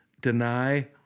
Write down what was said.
deny